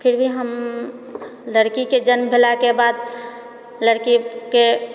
फिर भी हम लड़कीके जन्म भेलाके बाद लड़कीके